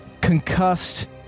Concussed